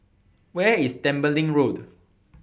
Where IS Tembeling Road